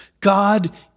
God